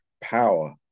power